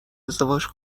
ازدواج